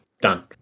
done